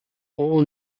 all